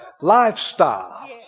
Lifestyle